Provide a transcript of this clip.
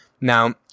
Now